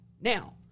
Now